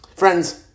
Friends